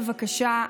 בבקשה,